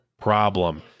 problem